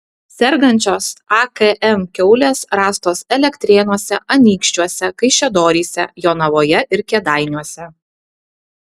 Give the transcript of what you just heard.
sergančios akm kiaulės rastos elektrėnuose anykščiuose kaišiadoryse jonavoje ir kėdainiuose